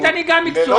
אני גם מקצוען.